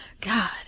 God